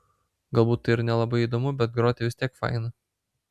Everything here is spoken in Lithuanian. galbūt tai ir nelabai įdomu bet groti vis tiek faina